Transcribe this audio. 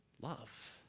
Love